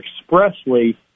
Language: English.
expressly